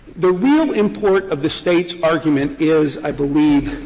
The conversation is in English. the real import of the state's argument is, i believe,